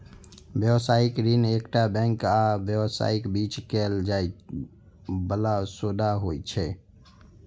व्यावसायिक ऋण एकटा बैंक आ व्यवसायक बीच कैल जाइ बला सौदा होइ छै